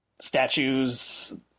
statues